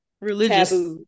religious